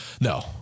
No